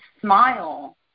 smile